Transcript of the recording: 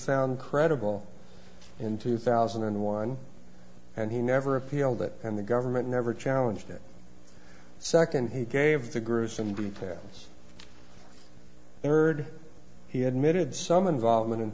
found credible in two thousand and one and he never appealed it and the government never challenged it second he gave the gruesome details and heard he had mid some involvement